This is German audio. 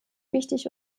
wichtig